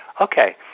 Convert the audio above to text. Okay